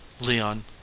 leon